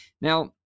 Now